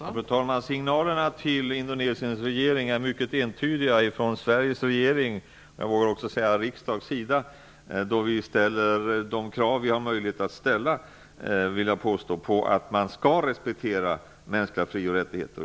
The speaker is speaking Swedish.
Fru talman! Signalerna från Sveriges regering -- och jag vågar säga från Sveriges riksdag -- till Indonesiens regering är mycket entydiga. Vi ställer de krav som vi har möjlighet att ställa på att man skall respektera mänskliga fri och rättigheter.